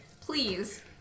Please